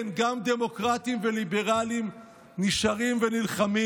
כן, גם דמוקרטים וליברלים נשארים ונלחמים,